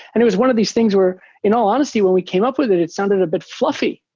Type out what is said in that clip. and it was one of these things where in all honesty when we came up with it, it sounded a bit fluffy,